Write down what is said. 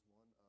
one